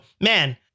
man